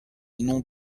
non